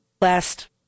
last